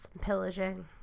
Pillaging